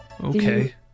Okay